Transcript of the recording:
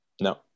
No